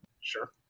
Sure